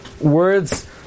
Words